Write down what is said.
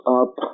up